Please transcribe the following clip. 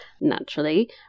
Naturally